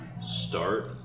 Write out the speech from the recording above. start